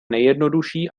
nejjednoduší